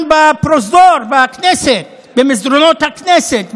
בפרוזדור, במסדרונות הכנסת.